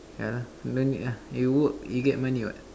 yeah lah don't need lah you work you get money what